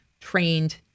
trained